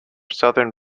southern